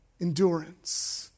endurance